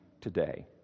today